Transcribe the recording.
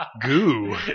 goo